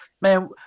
Man